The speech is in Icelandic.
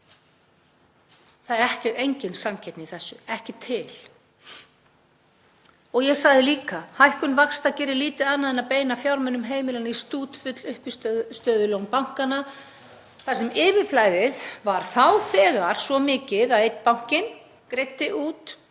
Það er engin sanngirni í þessu, ekki til. Ég sagði líka: Hækkun vaxta gerir lítið annað en að beina fjármunum heimilanna í stútfull uppistöðulón bankanna þar sem yfirflæðið var þá þegar svo mikið að einn bankinn greiddi út